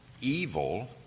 evil